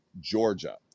Georgia